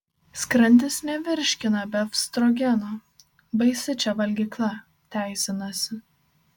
skrandis nevirškina befstrogeno baisi čia valgykla teisinasi